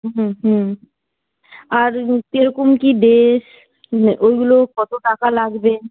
হুম হুম আর কীরকম কী ড্রেস ওইগুলো কত টাকা লাগবে